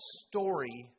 story